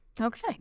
Okay